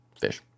fish